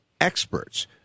experts